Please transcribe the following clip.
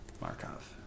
Markov